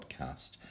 podcast